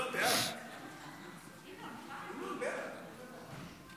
חוק תובענות ייצוגיות (תיקון מס' 15),